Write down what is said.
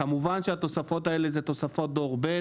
כמובן שהתוספות האלה זה תוספות דור ב'.